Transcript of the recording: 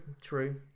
true